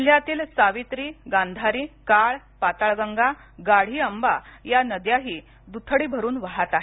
जिल्हयातील सावित्री गांधारी काळ पाताळगंगा गाढी आंबा या नद्याही द्थडी भरून वाहत वाहत आहेत